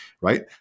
right